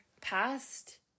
past